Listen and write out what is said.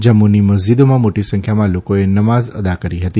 જમ્મુની મસ્જીદોમાં મોટી સંખ્યામાં લોકોએ નમાજ અદા કરી હતી